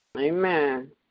amen